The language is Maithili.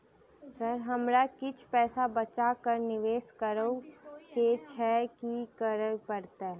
सर हमरा किछ पैसा बचा कऽ निवेश करऽ केँ छैय की करऽ परतै?